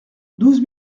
douze